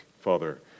Father